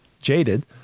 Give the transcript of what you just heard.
Jaded